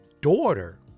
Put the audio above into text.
daughter